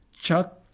chuck